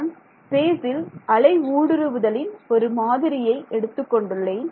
நான் ஸ்பேசில் அலை ஊடுருவுதலின் ஒரு மாதிரியை எடுத்துக் கொண்டுள்ளேன்